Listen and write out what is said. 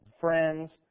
friends